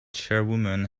chairwoman